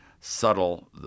subtle